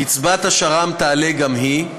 קצבת השר"מ תעלה גם היא,